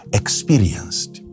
experienced